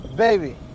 Baby